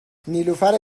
نیلوفر